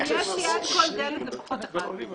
אם יש ליד כל דלת לפחות מכשיר תיקוף אחד.